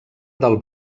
del